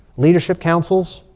leadership councils,